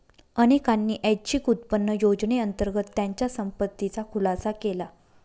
अनेकांनी ऐच्छिक उत्पन्न योजनेअंतर्गत त्यांच्या संपत्तीचा खुलासा केला